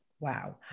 Wow